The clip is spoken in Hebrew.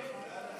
אסור.